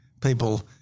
people